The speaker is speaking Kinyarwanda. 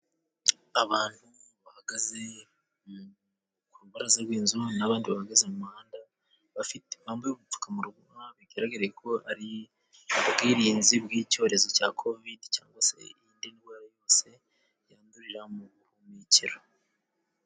Abantu bahagaze ku rubaraza rw'inzu n' abandi bahagaze mu muhanda bafite impamvu yo gupfuka umunywa, bigaraga ko ari ubwirinzi bw'icyorezo cya Kovidi cyangwa se iyindi ndwara yose yandurira mu buhumekero.